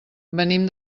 venim